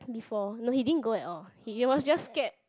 before no he didn't go at all he was just scared